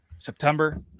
September